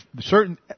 certain